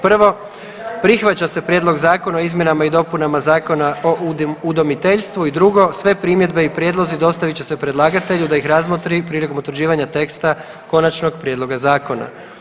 Prvo, prihvaća se Prijedlog Zakona o izmjenama i dopunama Zakona o udomiteljstvu i drugo sve primjedbe i prijedlozi dostavit će se predlagatelju da ih razmotri prilikom utvrđivanja teksta konačnog prijedloga zakona.